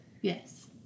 Yes